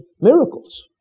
miracles